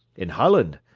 in holland,